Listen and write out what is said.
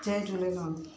Jay Jhulelal